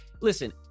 listen